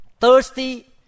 thirsty